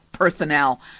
Personnel